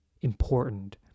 important